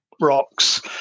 rocks